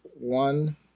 one